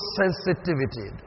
sensitivity